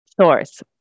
source